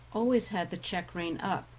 always had the check-rein up,